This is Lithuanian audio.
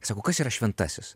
sako kas yra šventasis